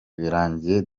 birangiye